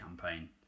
campaign